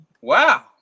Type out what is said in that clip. Wow